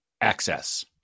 access